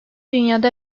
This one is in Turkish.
dünyada